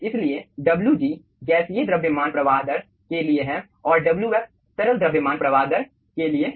इसलिए Wg गैसीय द्रव्यमान प्रवाह दर के लिए है और Wf तरल द्रव्यमान प्रवाह दर के लिए है